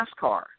NASCAR